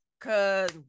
Cause